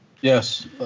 yes